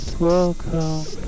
welcome